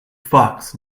fox